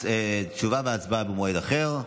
תשובה והצבעה במועד אחר,